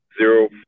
Zero